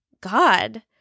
God